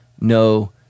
no